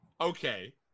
okay